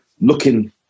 looking